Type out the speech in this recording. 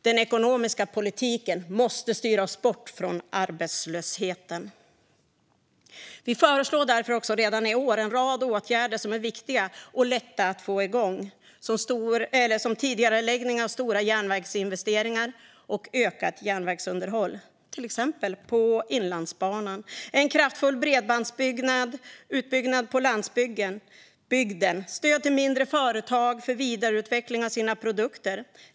Den ekonomiska politiken måste styras bort från arbetslösheten. Vi föreslår därför redan i år en rad åtgärder som är viktiga och lätta att få igång såsom tidigareläggning av stora järnvägsinvesteringar och ökat järnvägsunderhåll av till exempel Inlandsbanan, en kraftfull bredbandsutbyggnad på landsbygden och stöd till mindre företag för vidareutveckling av produkter.